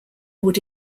would